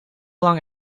lang